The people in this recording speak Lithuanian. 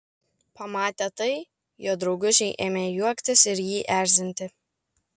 pamatę tai jo draugužiai ėmė juoktis ir jį erzinti